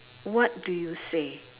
what do you say